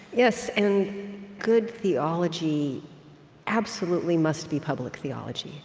yes, and good theology absolutely must be public theology.